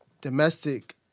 domestic